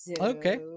Okay